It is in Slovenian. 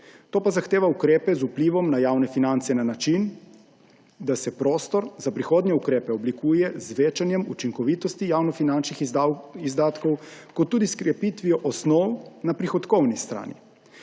To pa zahteva ukrepe z vplivom na javne finance na način, da se prostor za prihodnje ukrepe oblikuje z večanjem učinkovitosti javnofinančnih izdatkov ter tudi s krepitvijo osnov na prihodkovni strani.